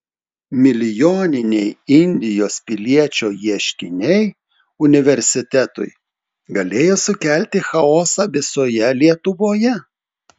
milijoniniai indijos piliečio ieškiniai universitetui galėjo sukelti chaosą visoje lietuvoje